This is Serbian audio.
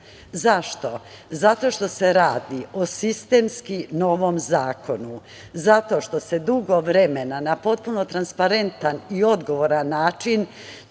Zato što se radi o sistemski novom zakonu, zato što se dugo vremena na potpuno transparentan i odgovoran način